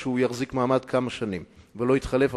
כמובן,